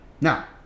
Now